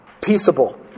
Peaceable